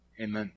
Amen